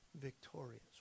victorious